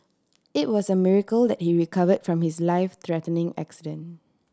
it was a miracle that he recover from his life threatening accident